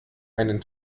einen